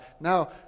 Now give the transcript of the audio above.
now